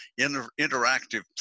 interactive